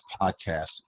podcast